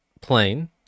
plane